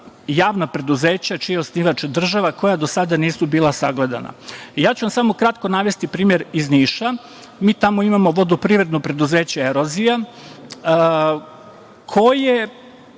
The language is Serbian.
javna preduzeća čiji je osnivač država, koja do sada nisu bila sagledana. Ja ću vam samo kratko navesti primer iz Niša. Mi tamo imamo vodoprivredno preduzeće „Erozija“, koje